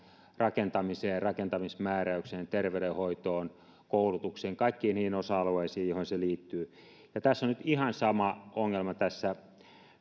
rakentamiseen ja rakentamismääräyksiin terveydenhoitoon koulutukseen kaikkiin niihin osa alueisiin joihin se liittyy tässä on nyt ihan sama ongelma